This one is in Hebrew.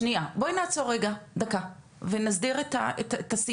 שנייה, בואי נעצור רגע, דקה ונסדיר את השיח.